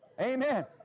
Amen